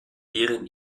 deren